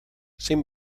zein